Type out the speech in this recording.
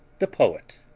the poet.